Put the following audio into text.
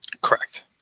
Correct